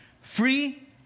Free